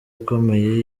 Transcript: ikomeye